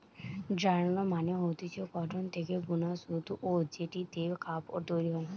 yarn মানে হতিছে cotton থেকে বুনা সুতো জেটিতে কাপড় তৈরী হয়